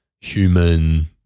human